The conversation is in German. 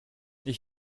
ich